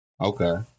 okay